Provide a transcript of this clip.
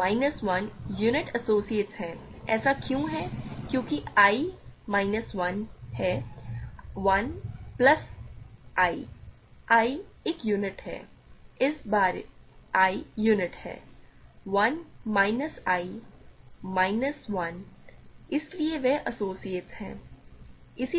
minus 1 units associates हैं ऐसा क्यों है क्योंकि i माइनस 1 है 1 प्लस i i एक यूनिट है इस बार i यूनिट है 1 माइनस i माइनस 1 इसलिए वे एसोसिएट्स हैं